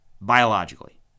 Biologically